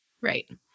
Right